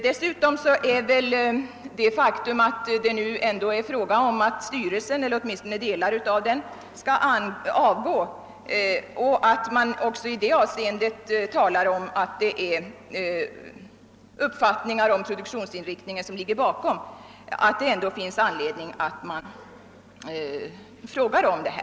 Dessutom är väl det faktum, att styrelsen eller åtminstone delar av den eventuellt tänker avgå och att man också i det sammanhanget talar om att det finns skilda uppfattningar om produktionsinriktningen, en anledning att fråga om detta.